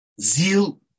Zeal